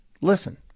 Listen